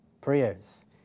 prayers